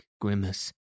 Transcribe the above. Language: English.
grimace